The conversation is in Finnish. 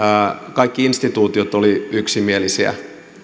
kaikki instituutiot olivat yksimielisiä